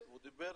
הוא דיבר